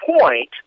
point